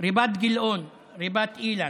ריבת גילאון, ריבת אילן,